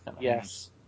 Yes